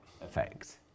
effect